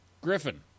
Griffin